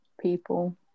people